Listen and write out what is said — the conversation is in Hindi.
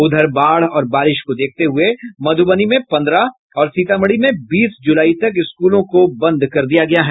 उधर बाढ़ और बारिश को देखते हुये मधुबनी में पंद्रह और सीतामढ़ी में बीस जुलाई तक स्कूलों को बंद कर दिया गया है